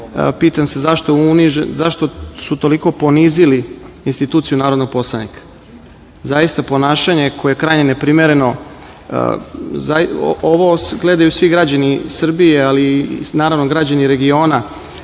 pitam se zašto su toliko ponizili instituciju narodnog poslanika. Zaista, ponašanje koje je krajnje neprimereno, ovo gledaju svi građani Srbije, ali i građani regiona,